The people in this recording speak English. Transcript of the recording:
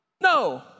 No